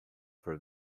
for